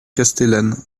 castellane